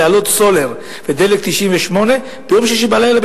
להעלות את מחירי הסולר והדלק 98 ביום שישי בלילה,